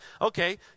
Okay